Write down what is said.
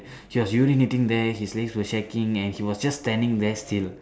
he was urinating there his legs was shaking and he was just standing there still